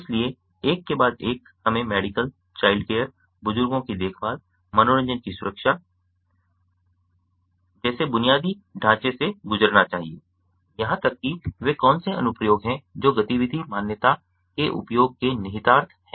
इसलिए एक के बाद एक हमें मेडिकल चाइल्डकैअर बुजुर्गों की देखभाल मनोरंजन की सुरक्षा जैसे बुनियादी ढांचे से गुजरना चाहिए यहां तक कि वे कौन से अनुप्रयोग हैं जो गतिविधि मान्यता के उपयोग के निहितार्थ हैं